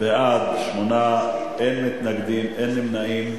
בעד, 8, אין מתנגדים, אין נמנעים.